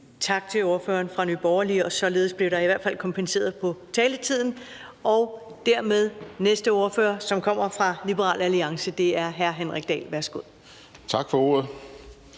Tak til ordføreren fra Nye Borgerlige. Således blev der i hvert fald kompenseret på taletiden. Dermed er det den næste ordfører, som kommer fra Liberal Alliance. Det er hr. Henrik Dahl. Værsgo. Kl.